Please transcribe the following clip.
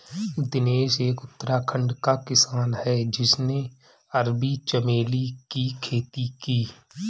दिनेश एक उत्तराखंड का किसान है जिसने अरबी चमेली की खेती की